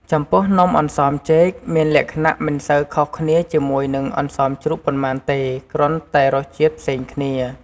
ចំពោះនំអន្សមចេក មានលក្ខណៈមិនសូវខុសគ្នាជាមួយនឹងអន្សមជ្រូកប៉ុន្មានទេ គ្រាន់តែរសជាតិផ្សេងគ្នា។